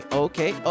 okay